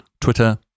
Twitter